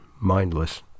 mindless